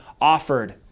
offered